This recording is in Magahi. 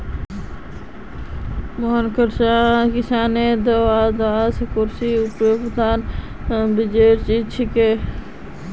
मोहन किसानोंक वसार कृषि उत्पादक बेचवार तने उचित सलाह दी छे